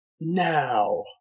Now